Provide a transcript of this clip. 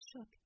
shook